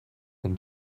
than